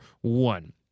one